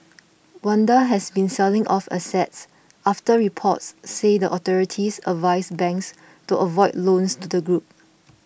Wanda has been selling off assets after reports said the authorities advised banks to avoid loans to the group